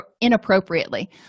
Inappropriately